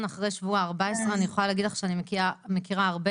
אחרי שבוע 14.." אני יכולה להגיד לך שאני מכירה הרבה